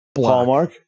Hallmark